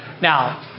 Now